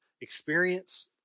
experience